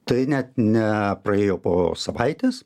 tai net ne praėjo po savaitės